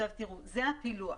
זה הפילוח.